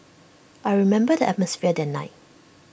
I remember the atmosphere that night